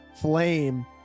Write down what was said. flame